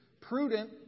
Prudent